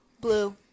Blue